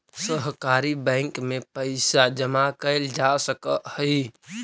सहकारी बैंक में पइसा जमा कैल जा सकऽ हइ